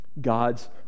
God's